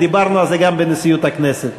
ודיברנו על זה גם בנשיאות הכנסת,